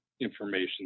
information